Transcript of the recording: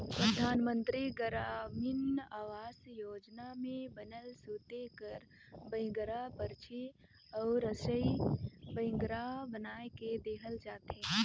परधानमंतरी गरामीन आवास योजना में बनल सूते कर बइंगरा, परछी अउ रसई बइंगरा बनाए के देहल जाथे